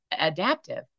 adaptive